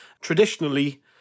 Traditionally